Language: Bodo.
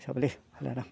जाबायलै दा